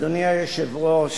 אדוני היושב-ראש,